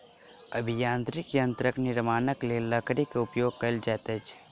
अभियांत्रिकी यंत्रक निर्माणक लेल लकड़ी के उपयोग कयल जाइत अछि